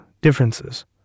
differences